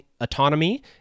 autonomy